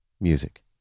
music